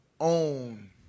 own